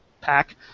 pack